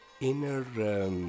inner